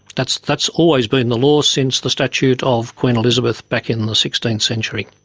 that's that's always been the law since the statute of queen elizabeth back in the sixteenth century.